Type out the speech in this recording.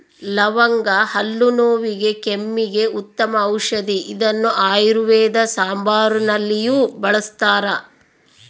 ಲವಂಗ ಹಲ್ಲು ನೋವಿಗೆ ಕೆಮ್ಮಿಗೆ ಉತ್ತಮ ಔಷದಿ ಇದನ್ನು ಆಯುರ್ವೇದ ಸಾಂಬಾರುನಲ್ಲಿಯೂ ಬಳಸ್ತಾರ